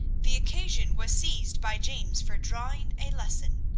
the occasion was seized by james for drawing a lesson.